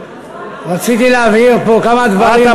רציתי להבהיר פה כמה דברים,